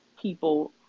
People